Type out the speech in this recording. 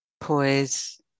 poise